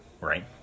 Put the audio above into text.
right